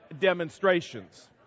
demonstrations